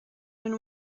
been